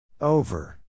Over